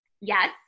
Yes